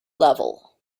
level